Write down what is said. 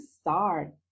start